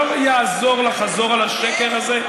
לא יעזור לחזור על השקר הזה,